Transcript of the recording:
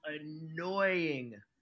annoying